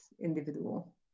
individual